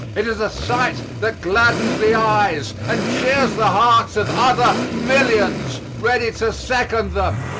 it is a sight that gladdens the eyes and cheers the hearts of other millions ready to second them.